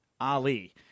Ali